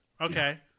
okay